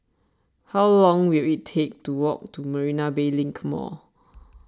how long will it take to walk to Marina Bay Link Mall